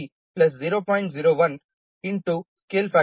01 × Σ scale factor values ಅದು 0